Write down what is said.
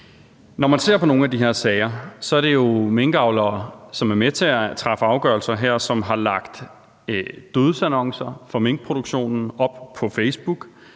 Når man ser på nogle af de her sager, så er det jo minkavlere, som er med til at træffe afgørelser her, som har lagt dødsannoncer for minkproduktionen op på Facebook,